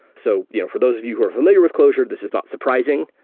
so you know for those of you are familiar with clojure, this is not surprising.